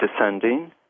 descending